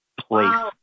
place